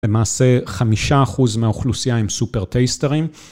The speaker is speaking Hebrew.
למעשה חמישה אחוז מהאוכלוסייה הם סופר טייסטרים.